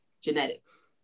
Genetics